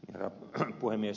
herra puhemies